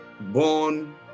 born